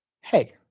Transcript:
hey